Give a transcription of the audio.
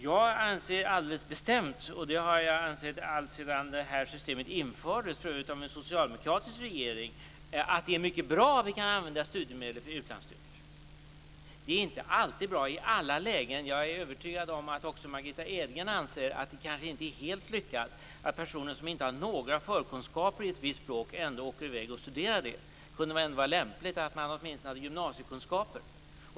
Jag anser alldeles bestämt, vilket jag har ansett alltsedan detta system infördes av en socialdemokratisk regering, att det är mycket bra att man kan använda studiemedel för utlandsstudier. Det är inte alltid bra i alla lägen. Jag är övertygad om att även Margitta Edgren anser att det kanske inte är helt lyckat att personer som inte har några förkunskaper i ett visst språk ändå åker i väg och studerar det. Det kunde väl ändå vara lämpligt att de hade åtminstone gymnasiekunskaper.